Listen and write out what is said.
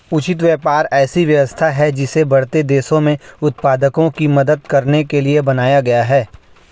उचित व्यापार ऐसी व्यवस्था है जिसे बढ़ते देशों में उत्पादकों की मदद करने के लिए बनाया गया है